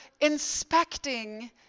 inspecting